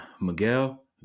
Miguel